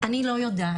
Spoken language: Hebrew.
אני לא יודעת,